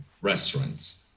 restaurants